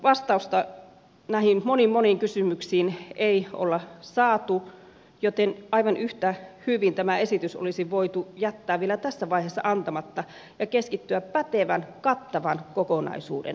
vastausta näihin moniin moniin kysymyksiin ei olla saatu joten aivan yhtä hyvin tämä esitys olisi voitu jättää vielä tässä vaiheessa antamatta ja keskittyä pätevän kattavan kokonaisuuden luomiseen